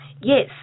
Yes